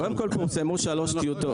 פורסמו שלוש טיוטות.